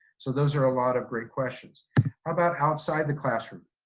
so those are a lot of great questions. how about outside the classroom?